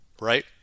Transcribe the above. right